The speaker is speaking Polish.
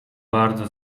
bardzo